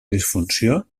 disfunció